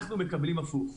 אנחנו מקבלים הפוך.